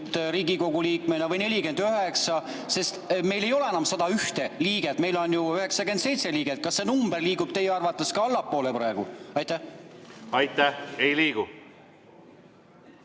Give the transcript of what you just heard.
Riigikogu liikmena või 49? Meil ei ole ju enam 101 liiget, meil on 97 liiget. Kas see number liigub teie arvates ka allapoole praegu? Aitäh! Ei liigu.